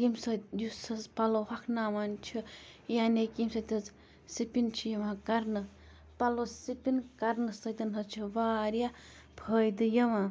ییٚمہِ سۭتۍ یُس حظ پَلو ہۄکھناوان چھِ یعنی کہِ ییٚمہِ سۭتۍ حظ سِپِن چھِ یِوان کَرنہٕ پَلو سِپِن کَرنہٕ سۭتۍ حظ چھِ واریاہ فٲیِدٕ یِوان